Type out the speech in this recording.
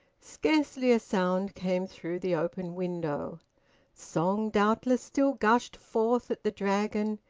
scarcely a sound came through the open window song doubtless still gushed forth at the dragon,